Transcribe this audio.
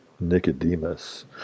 Nicodemus